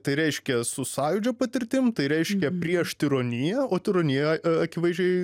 tai reiškia su sąjūdžio patirtim tai reiškia prieš tironiją o tironija akivaizdžiai